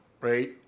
right